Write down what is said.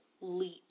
leap